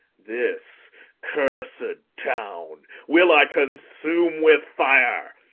this cursed town will i consume with fire,